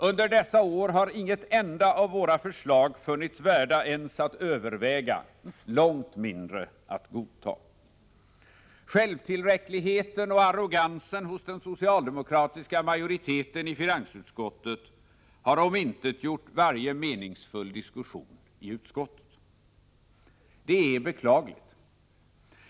Under dessa år har inget enda av våra förslag funnits värt att ens överväga, långt mindre att godta. Självtillräckligheten och arrogansen hos den socialdemokratiska majoriteten i finansutskottet har omintetgjort varje meningsfull diskussion i utskottet. Det är beklagligt.